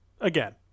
Again